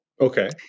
okay